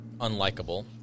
unlikable